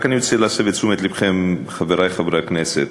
רק אני רוצה להסב את תשומת לבכם, חברי חברי הכנסת,